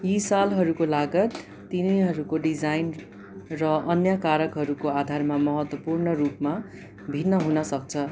यी सालहरूको लागत तिनीहरूको डिजाइन र अन्य कारकहरूको आधारमा महत्त्वपूर्ण रूपमा भिन्न हुन सक्छ